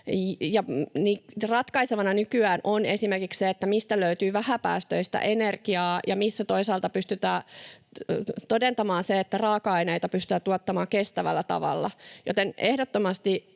ratkaisevana nykyään on esimerkiksi se, mistä löytyy vähäpäästöistä energiaa ja missä toisaalta pystytään todentamaan se, että raaka-aineita pystytään tuottamaan kestävällä tavalla.